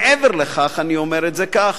מעבר לכך אני אומר את זה כך,